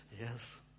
yes